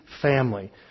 Family